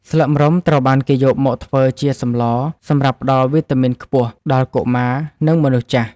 ស្លឹកម្រុំត្រូវបានគេយកមកធ្វើជាសម្លសម្រាប់ផ្តល់វីតាមីនខ្ពស់ដល់កុមារ និងមនុស្សចាស់។